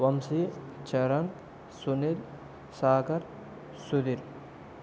Vamsi Charan Sunil Sagar Sudheer